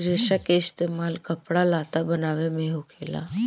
रेसा के इस्तेमाल कपड़ा लत्ता बनाये मे होखेला